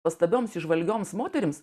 nuostabioms įžvalgioms moterims